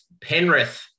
Penrith